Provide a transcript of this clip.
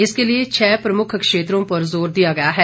इसके लिए छह प्रमुख क्षेत्रों पर जोर दिया गया है